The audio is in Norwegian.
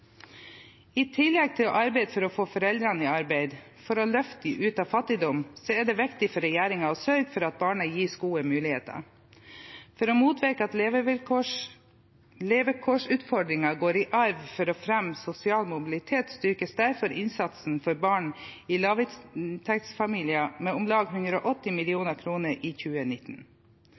I tillegg til å arbeide for å få foreldrene i arbeid, for å løfte dem ut av fattigdom, er det viktig for regjeringen å sørge for at barna gis gode muligheter. For å motvirke at levekårsutfordringer går i arv og fremme sosial mobilitet, styrkes derfor innsatsen for barn i lavinntektsfamilier med om lag 180 mill. kr i 2019.